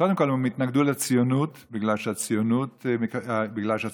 קודם כול הם התנגדו לציונות בגלל שהציונות נבנתה